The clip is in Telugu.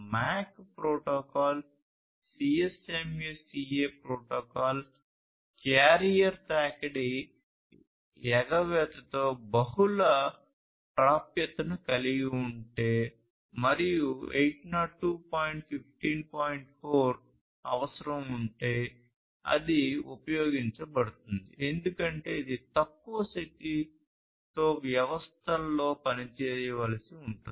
4 అవసరం ఉంటే అది ఉపయోగించబడుతుంది ఎందుకంటే ఇది తక్కువ శక్తితో వ్యవస్థల్లో పనిచేయవలసి ఉంటుంది